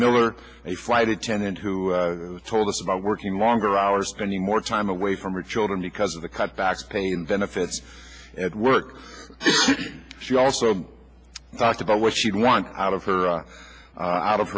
miller a flight attendant who told us about working longer hours spending more time away from her children because of the cut back pain benefits at work she also talked about what she'd want out of her